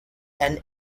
and